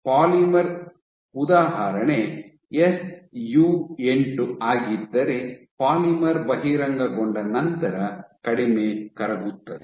polymer ಉದಾಹರಣೆ S U 8 ಆಗಿದ್ದರೆ polymer ಬಹಿರಂಗಗೊಂಡ ನಂತರ ಕಡಿಮೆ ಕರಗುತ್ತದೆ